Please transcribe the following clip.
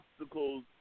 obstacles